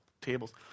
tables